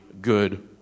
good